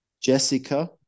Jessica